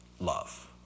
love